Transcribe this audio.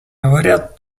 говорят